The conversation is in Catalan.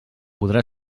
podrà